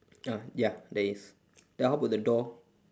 ah ya there is then how about the door